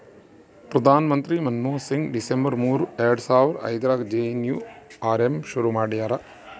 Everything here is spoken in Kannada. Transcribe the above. ಪ್ರಧಾನ ಮಂತ್ರಿ ಮನ್ಮೋಹನ್ ಸಿಂಗ್ ಡಿಸೆಂಬರ್ ಮೂರು ಎರಡು ಸಾವರ ಐದ್ರಗಾ ಜೆ.ಎನ್.ಎನ್.ಯು.ಆರ್.ಎಮ್ ಶುರು ಮಾಡ್ಯರ